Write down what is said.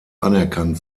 anerkannt